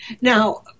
now